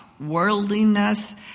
worldliness